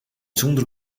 sûnder